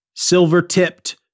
silver-tipped